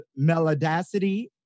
Melodacity